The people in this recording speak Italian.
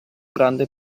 grande